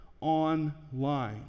online